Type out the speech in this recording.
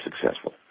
successful